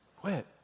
quit